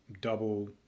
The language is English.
double